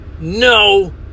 No